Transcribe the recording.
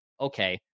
okay